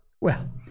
Well